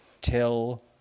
till